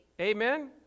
amen